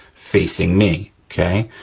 facing me, okay?